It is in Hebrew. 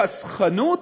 בחסכנות,